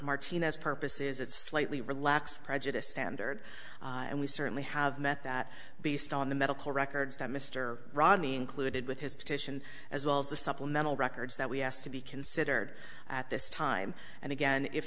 martinez purposes it's slightly relaxed prejudiced standard and we certainly have met that based on the medical records that mr ron the included with his petition as well as the supplemental records that we asked to be considered at this time and again if